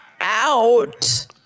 out